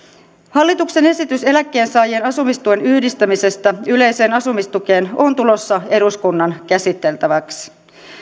hallituksen esitys eläkkeensaajien asumistuen yhdistämisestä yleiseen asumistukeen on tulossa eduskunnan käsiteltäväksi